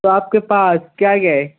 تو آپ کے پاس کیا کیا ہے